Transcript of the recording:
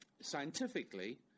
Scientifically